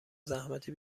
زحمت